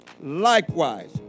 likewise